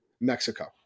Mexico